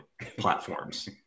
platforms